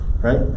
Right